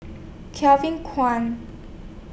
Kevin Kwan